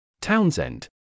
Townsend